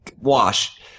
wash